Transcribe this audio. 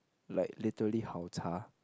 like literally 好茶: hao cha